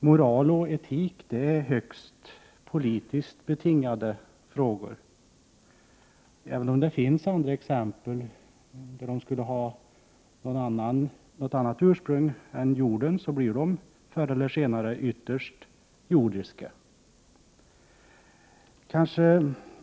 Moral och etik är högst politiskt betingade frågor. Även om det finns andra exempel där de skulle ha något annat ursprung än jorden blir de förr eller senare ytterst jordiska.